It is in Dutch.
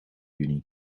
juni